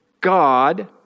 God